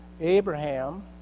Abraham